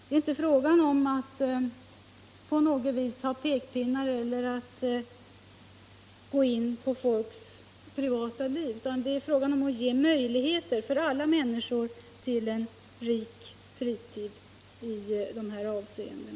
Det är inte fråga om några pekpinnar eller att gå in på folks privatliv, utan det är fråga om att ge möjligheter för alla människor till en rik fritid i dessa avseenden.